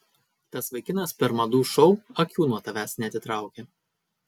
tas vaikinas per madų šou akių nuo tavęs neatitraukė